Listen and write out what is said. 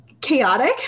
chaotic